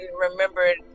remembered